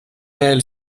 réel